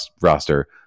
roster